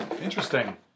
Interesting